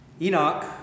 Enoch